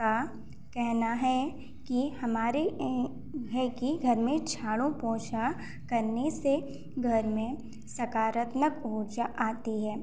का कहना है कि हमारे है कि घर में झाड़ू पोछा कन्ने से घर में सकारात्मक ऊर्जा आती है